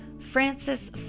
Francis